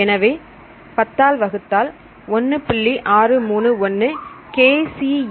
எனவே 10 ஆல் வகுத்தால் 1